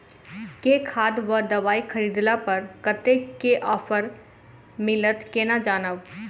केँ खाद वा दवाई खरीदला पर कतेक केँ ऑफर मिलत केना जानब?